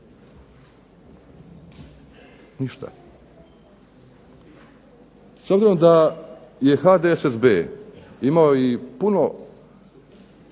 ništa. S obzirom da je HDSSB imao i puno